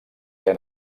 era